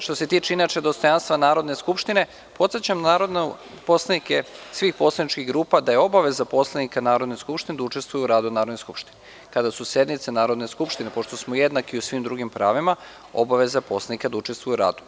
Što se tiče inače dostojanstva Narodne skupštine, podsećam narodne poslanike iz svih poslaničkih grupa, da je obaveza poslanika Narodne skupštine da učestvuju u radu Narodne skupštine, kada su sednice Narodne skupštine, pošto smo jednaki u svim drugim pravima, obaveza poslanika je da učestvuje u radu.